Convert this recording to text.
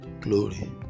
glory